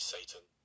Satan